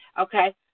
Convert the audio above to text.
okay